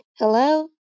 Hello